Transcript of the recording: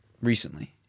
recently